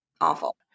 awful